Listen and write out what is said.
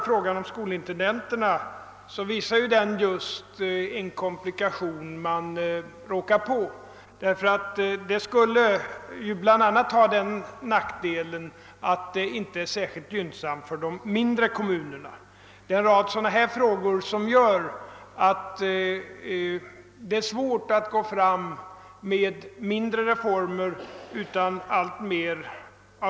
Frågan om skolintendenterna, som herr Strömberg här tagit upp, utgör just en sådan komplikation som man stöter på i sammanhanget, eftersom det systemet bl.a. skulle ha den nackdelen att inte vara särskilt gynnsamt för de mindre kommunerna. Det är en rad förhållanden av det slaget som gör det svårt med mindre reformer.